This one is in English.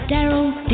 Daryl